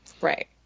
Right